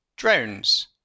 drones